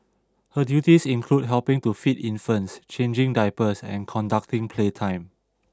her duties included helping to feed infants changing diapers and conducting playtime